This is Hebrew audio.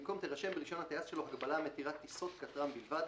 במקום "תירשם ברישיון הטייס שלו הגבלה המתירה טיסות כטר"מ בלבד"